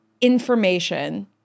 information